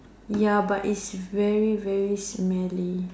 ya but is very very smelly